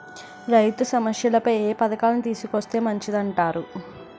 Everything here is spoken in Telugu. రైతు సమస్యలపై ఏ పథకాలను తీసుకొస్తే మంచిదంటారు?